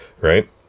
Right